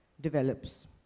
develops